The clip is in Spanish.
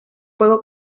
fuego